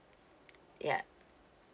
ya